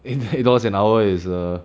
in eight dollars an hour is err